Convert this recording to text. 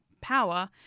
power